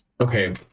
Okay